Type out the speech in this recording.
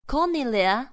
Cornelia